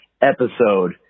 episode